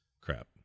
crap